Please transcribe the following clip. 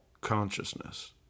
consciousness